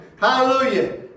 Hallelujah